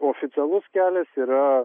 oficialus kelias yra